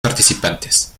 participantes